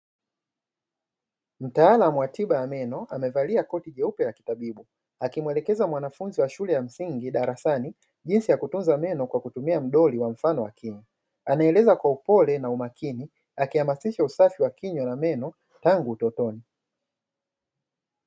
Mtaalamu wa tiba ya meno amevalia koti jeupe la kitabibu, akimwelekeza mwanafunzi wa shule ya msingi darasani, jinsi ya kutunza meno kwa kutumia mdoli wa mfano wa kinywa. Anaeleza kwa upole na umakini, akihamasisha usafi wa kinywa na meno tangu utotoni.